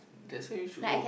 that's why you should go